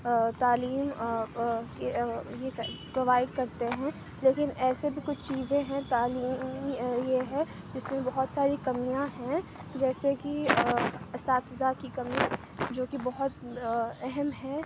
تعلیم کے پروائڈ کرتے ہیں لیکن ایسے بھی کچھ چیزیں ہیں تعلیم یہ ہے جس میں بہت ساری کمیاں ہیں جیسے کہ اساتذہ کی کمی جو کہ بہت اہم ہے